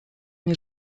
nie